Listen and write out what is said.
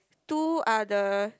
two are the